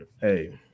hey